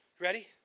Ready